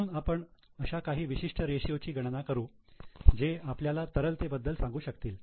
म्हणून आपण अशा काही विशिष्ट रेषीयो ची गणना करू जे आपल्याला तरलते बद्दल सांगू शकतील